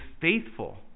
faithful